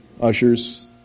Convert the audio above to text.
Ushers